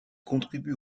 contribue